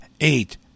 eight